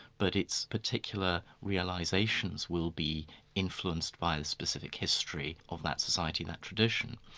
but its particular realisations will be influenced by the specific history of that society, that tradition.